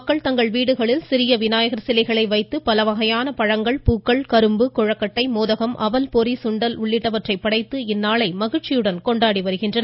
மக்கள் தங்கள் வீடுகளில் சிறிய விநாயகர் சிலைகளை வைத்து பலவகையான பழங்கள் பூக்கள் கரும்பு கொழுக்கட்டை மோதகம் அவல் பொரி சுண்டல் உள்ளிட்டவற்றை படைத்து இந்நாளை கொண்டாடி வருகின்றனர்